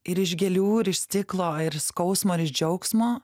ir iš gėlių ir iš stiklo ir iš skausmo ir iš džiaugsmo